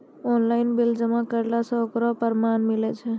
Online bill जमा करला से ओकरौ परमान मिलै छै?